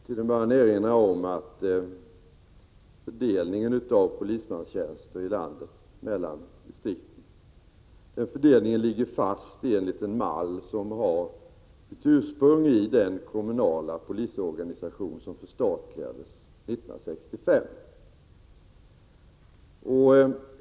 Herr talman! Jag vill bara erinra om att fördelningen av polismanstjänster i landet mellan distrikten ligger fast enligt en mall som har sitt ursprung i den kommunala polisorganisation som förstatligades 1965.